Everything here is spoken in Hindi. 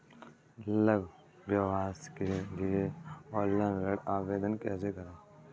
लघु व्यवसाय के लिए ऑनलाइन ऋण आवेदन कैसे करें?